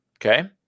okay